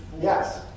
Yes